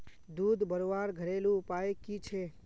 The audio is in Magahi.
दूध बढ़वार घरेलू उपाय की छे?